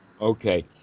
okay